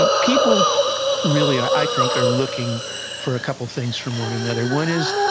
um people really, i think, are looking for a couple of things from one another. one is,